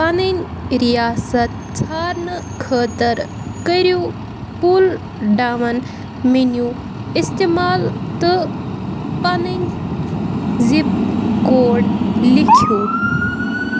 پَنٕنۍ ریاست ژھارنہٕ خٲطرٕ کٔرِو پُل ڈاوُن میٚنیوٗ استعمال تہٕ پَنٕنۍ زِپ کوڈ لیکھِو